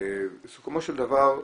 בסיכומו של דבר,